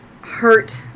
hurt